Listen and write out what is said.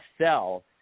sell